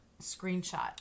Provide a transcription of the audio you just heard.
screenshot